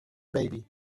baby